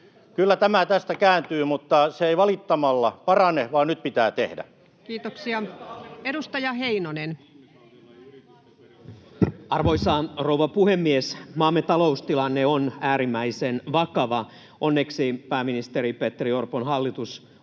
edellisestä hallituksesta valittamalla! — Välihuutoja] Kiitoksia. — Edustaja Heinonen. Arvoisa rouva puhemies! Maamme taloustilanne on äärimmäisen vakava. Onneksi pääministeri Petteri Orpon hallitus on